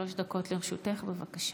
לרשותך, בבקשה.